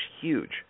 huge